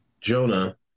Jonah